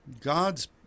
God's